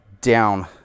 down